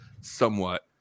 somewhat